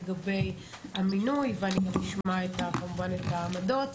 לגבי המינוי ואנחנו נשמע כמובן את העמדות.